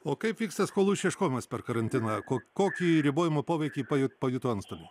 o kaip vyksta skolų išieškojimas per karantiną ko kokį ribojimo poveikį paju pajuto antstoliai